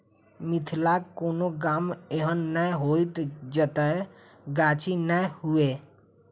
मिथिलाक कोनो गाम एहन नै होयत जतय गाछी नै हुए